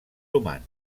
humans